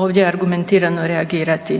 ovdje argumentirano reagirati.